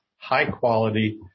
high-quality